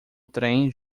trem